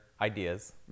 ideas